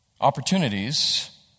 opportunities